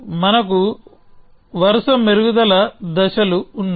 మనకు వరుస మెరుగుదల దశలు ఉన్నాయి